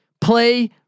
Play